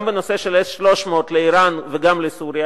גם בנושא של ה-S300 לאירן ולסוריה,